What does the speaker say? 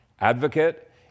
advocate